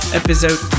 episode